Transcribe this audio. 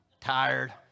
tired